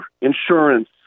insurance